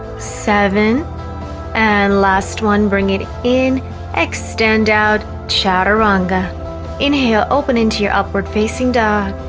seven and last one bring it in extend out chaturanga inhale open into your upward facing dog